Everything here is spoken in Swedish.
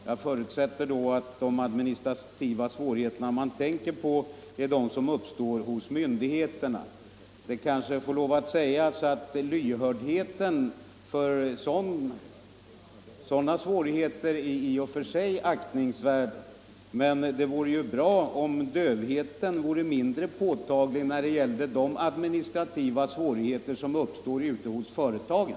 Jag förutsätter att de administrativa svårigheter man då tänker på är de som uppstår hos myndigheterna. Lyhördhet för sådana svårigheter är i och för sig aktningsvärd, men det vore bra om dövheten vore mindre påtaglig när det gäller de administrativa svårigheter som uppstår ute hos företagen.